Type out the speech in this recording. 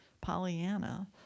Pollyanna